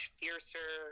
fiercer